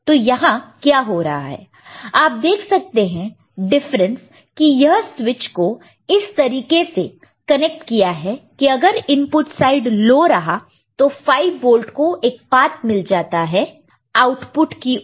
तो यहां क्या हो रहा है आप देख सकते हैं डिफरेंस की यह स्विच को इस तरीके से कनेक्ट किया है कि अगर इनपुट साइड लो रहा तो 5 वोल्ट को एक पात मिल जाता है आउटपुट की ओर